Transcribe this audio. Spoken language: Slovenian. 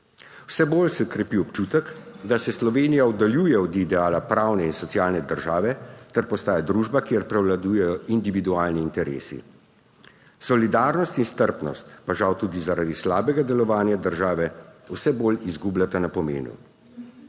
Vse bolj se krepi občutek, da se Slovenija oddaljuje od ideala pravne in socialne države ter postaja družba, kjer prevladujejo individualni interesi. Solidarnost in strpnost pa žal tudi zaradi slabega delovanja države vse bolj izgubljata na pomenu.